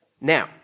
Now